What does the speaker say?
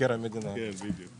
יוקר המחייה.